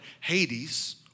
Hades